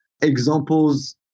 examples